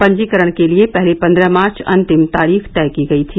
पंजीकरण के लिए पहले पन्द्रह मार्च अंतिम तारीख तय की गई थी